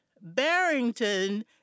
Barrington